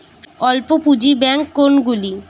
অল্প পুঁজি ব্যাঙ্ক কোনগুলি?